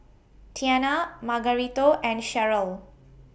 Tianna Margarito and Sheryll